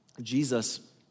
Jesus